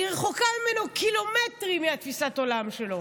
אני רחוקה ממנו קילומטרים, מתפיסת העולם שלו.